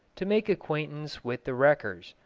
to make acquaintance with the wreckers,